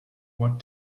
what